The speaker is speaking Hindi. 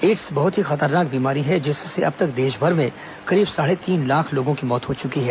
एड्स बहत ही खतरनाक बीमारी है जिससे अब तक देशभर में करीब साढे तीन लाख लोगों की मौत हो चुकी है